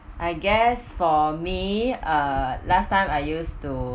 I guess for me uh last time I used to